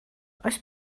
oes